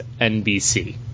NBC